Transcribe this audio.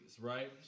right